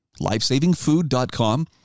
LifesavingFood.com